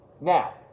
Now